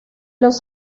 los